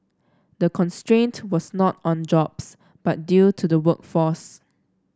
the constraint was not on jobs but due to the workforce